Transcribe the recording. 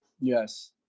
yes